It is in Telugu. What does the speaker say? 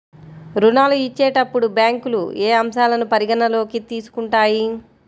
ఋణాలు ఇచ్చేటప్పుడు బ్యాంకులు ఏ అంశాలను పరిగణలోకి తీసుకుంటాయి?